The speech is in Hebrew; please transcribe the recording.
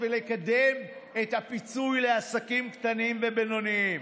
ולקדם את הפיצוי לעסקים קטנים ובינוניים.